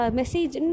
message